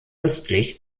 östlich